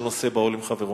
של "נושא בעול עם חברו".